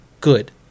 good